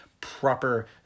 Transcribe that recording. proper